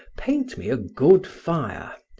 paint me a good fire,